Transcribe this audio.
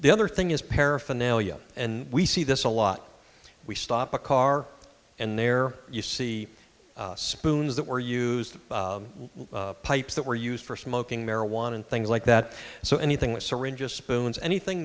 the other thing is paraphernalia and we see this a lot we stop a car and there you see spoons that were used pipes that were used for smoking marijuana and things like that so anything with syringes spoons anything